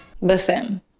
Listen